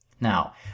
Now